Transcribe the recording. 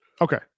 Okay